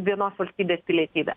vienos valstybės pilietybę